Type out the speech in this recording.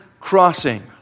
crossing